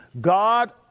God